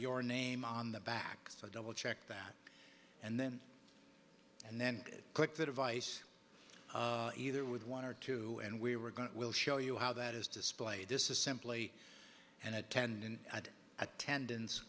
your name on the back so i double checked that and then and then click the device either with one or two and we were going to will show you how that is displayed this is simply an attendant attendance